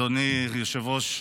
אדוני היושב-ראש,